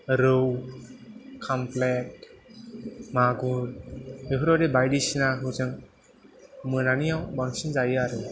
रौ पामफ्लेत मागुर बेफोरबायदि बायदिसिनाखौ जों मोनानियाव बांसिन जायो आरो